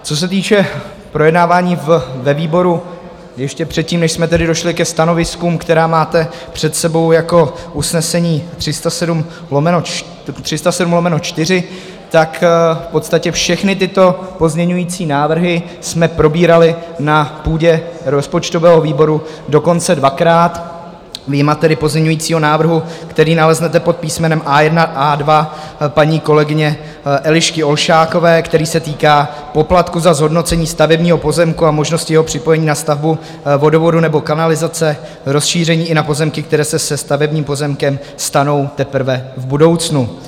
Co se týče projednávání ve výboru ještě předtím, než jsme tedy došli ke stanoviskům, která máte před sebou jako usnesení 307/4, v podstatě všechny tyto pozměňující návrhy jsme probírali na půdě rozpočtového výboru dokonce dvakrát, vyjma tedy pozměňovacího návrhu, který naleznete pod písmenem A1, A2 paní kolegyně Elišky Olšákové, který se týká poplatku za zhodnocení stavebního pozemku a možnosti jeho připojení na stavbu vodovodu nebo kanalizace, rozšíření i na pozemky, které se stavebním pozemkem stanou teprve v budoucnu.